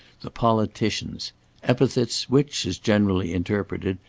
the politicians epithets which, as generally interpreted,